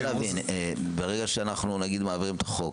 ברגע שנעביר את החוק,